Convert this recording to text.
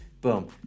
boom